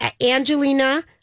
Angelina